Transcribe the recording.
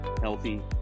healthy